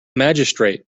magistrate